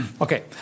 Okay